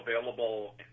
available